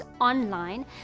online